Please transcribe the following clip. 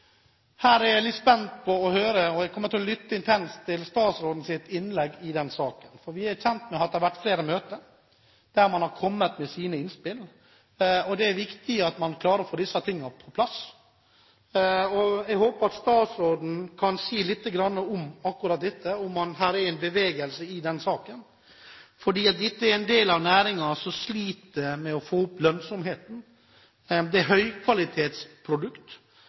Her er jeg litt spent på å høre statsråden, og jeg kommer til å lytte intenst til statsrådens innlegg i denne saken. Vi er kjent med at det har vært flere møter der man har kommet med sine innspill. Det er viktig at man klarer å få dette på plass. Jeg håper at statsråden kan si litt om akkurat dette, om det er bevegelse i denne saken. Dette er en del av næringen som sliter med å få opp lønnsomheten. Det er